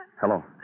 Hello